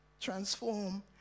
transform